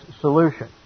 solution